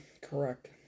Correct